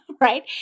right